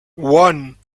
one